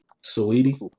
Sweetie